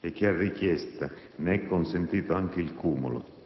e che, a richiesta, ne è consentito anche il cumulo,